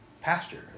pasture